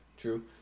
true